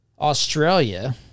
Australia